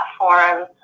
platforms